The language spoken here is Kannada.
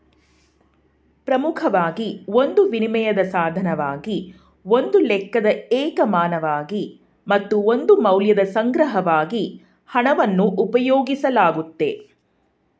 ಪ್ರಮುಖವಾಗಿ ಒಂದು ವಿನಿಮಯದ ಸಾಧನವಾಗಿ ಒಂದು ಲೆಕ್ಕದ ಏಕಮಾನವಾಗಿ ಮತ್ತು ಒಂದು ಮೌಲ್ಯದ ಸಂಗ್ರಹವಾಗಿ ಹಣವನ್ನು ಉಪಯೋಗಿಸಲಾಗುತ್ತೆ